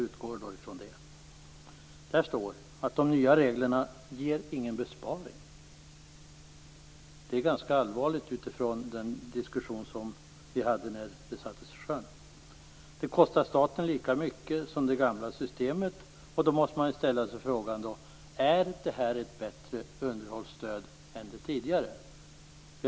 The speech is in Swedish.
Där står att de nya reglerna inte ger någon besparing. Det är ganska allvarligt med tanke på den diskussion vi hade när systemet sattes i sjön. Det kostar staten lika mycket som det gamla systemet. Då måste man ställa sig frågan: Är inte det här ett bättre underhållsstöd än det tidigare?